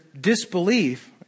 disbelief